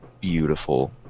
beautiful